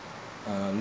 uh